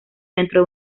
dentro